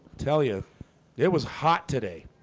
tell you it was hot today